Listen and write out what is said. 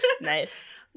Nice